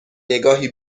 نگاهی